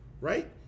Right